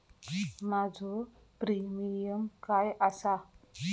माझो प्रीमियम काय आसा?